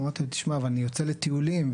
אמרתי לו תשמע אני יוצא לטיולים.